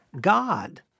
God